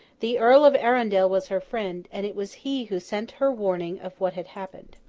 the earl of arundel was her friend, and it was he who sent her warning of what had happened.